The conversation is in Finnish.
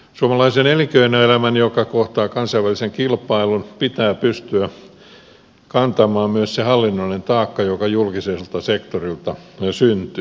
suomalaisen elinkeinoelämän joka kohtaa kansainvälisen kilpailun pitää pystyä kantamaan myös se hallinnollinen taakka joka julkiselta sektorilta syntyy